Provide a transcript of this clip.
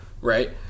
right